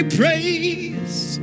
praise